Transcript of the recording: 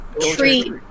tree